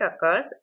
occurs